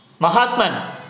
Mahatman